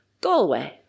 Galway